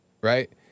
right